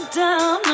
down